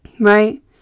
Right